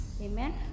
amen